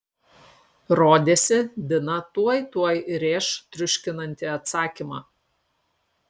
rodėsi dina tuoj tuoj rėš triuškinantį atsakymą